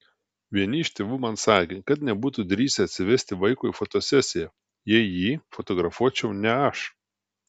vieni iš tėvų man sakė nebūtų drįsę atsivesti vaiko į fotosesiją jei jį fotografuočiau ne aš